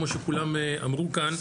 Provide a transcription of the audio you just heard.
כמו שכולם אמרו כאן,